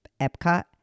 Epcot